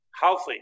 healthy